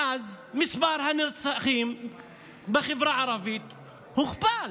ואז מספר הנרצחים בחברה הערבית מוכפל.